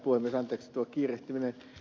arvoisa herra puhemies